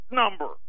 number